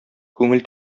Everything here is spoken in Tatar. күңел